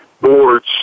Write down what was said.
boards